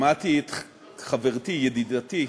שמעתי את חברתי, ידידתי,